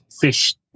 fish